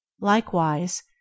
likewise